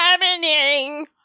happening